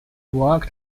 worked